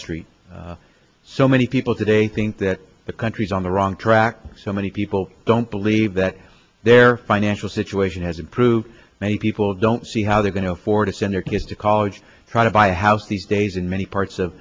street so many people today think that the country's on the wrong track so many people don't believe that their financial situation has improved and people don't see how they're going to afford to send their kids to college try to buy a house these days in many parts of